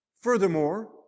furthermore